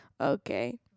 Okay